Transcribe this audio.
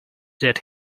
that